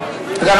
אגב,